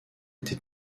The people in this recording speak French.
été